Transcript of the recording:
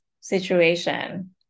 situation